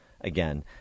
Again